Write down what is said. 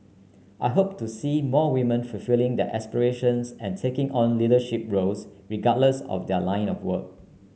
I hope to see more women fulfilling their aspirations and taking on leadership roles regardless of their line of work